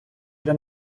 для